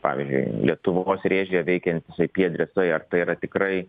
pavyzdžiui lietuvos rėžyje veikiantys ip adresai ar tai yra tikrai